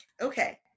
Okay